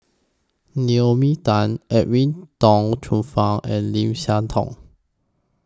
Naomi Tan Edwin Tong Chun Fai and Lim Siah Tong